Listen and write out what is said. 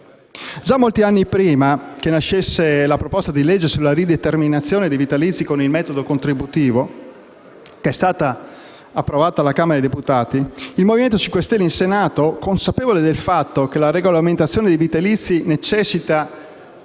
Già molti anni prima che nascesse la proposta di legge sulla rideterminazione dei vitalizi con il metodo contributivo, che è stata approvata dalla Camera dei deputati, il Movimento 5 Stelle in Senato, consapevole del fatto che la regolamentazione dei vitalizi necessita